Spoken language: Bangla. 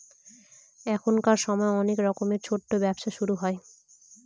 এখনকার সময় অনেক রকমের ছোটো ব্যবসা শুরু হয়